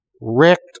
wrecked